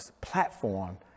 platform